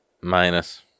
minus